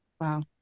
Wow